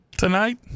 tonight